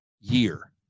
year